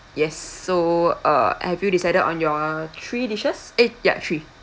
yes so uh have you decided on your three dishes eh ya three